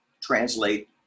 translate